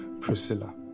priscilla